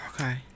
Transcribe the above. Okay